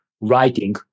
writing